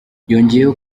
yongeyeho